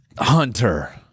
Hunter